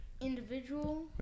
individual